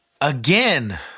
again